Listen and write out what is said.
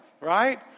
right